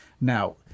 Now